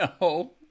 no